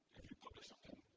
publish something,